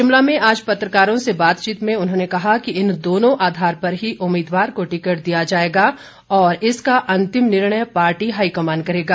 शिमला में आज पत्रकारों से बातचीत में उन्होंने कहा कि इन दोनों आधार पर ही उम्मीदवार को टिकट दिया जाएगा और इसका अंतिम निर्णय पार्टी हाईकमान करेगा